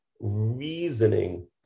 reasoning